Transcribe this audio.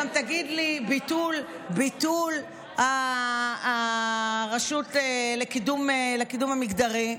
תגיד לי גם ביטול הרשות לקידום המגדרי,